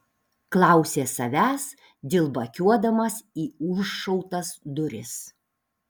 klausė savęs dilbakiuodamas į užšautas duris